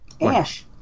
Ash